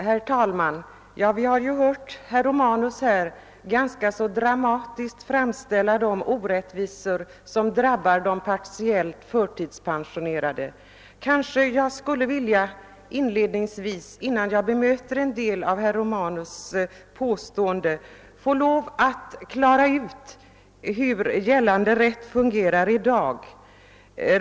Herr talman! Vi har hört herr Romanus ganska så dramatiskt framställa de orättvisor, som drabbar de partiellt förtidspensionerade. Jag vill dock inledningsvis innan jag bemöter en del av herr Romanus” påståenden klara ut hur gällande rätt fungerar.